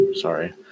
sorry